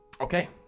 Okay